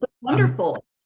wonderful